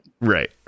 Right